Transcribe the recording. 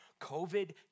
COVID